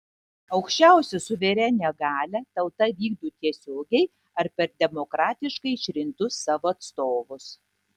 aukščiausią suverenią galią tauta vykdo tiesiogiai ar per demokratiškai išrinktus savo atstovus